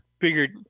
figured